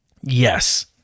Yes